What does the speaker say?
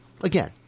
again